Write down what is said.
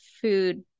food